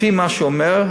לפי מה שהוא אומר,